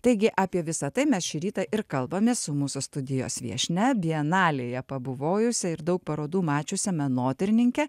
taigi apie visą tai mes šį rytą ir kalbamės su mūsų studijos viešnia bienalėje pabuvojusia ir daug parodų mačiusia menotyrininke